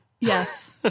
Yes